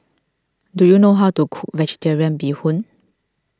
do you know how to cook Vegetarian Bee Hoon